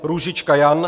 Růžička Jan